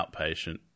outpatient